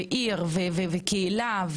עיר וקהילה,